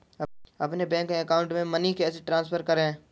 अपने bank account से money कैसे ट्रांसफर करें?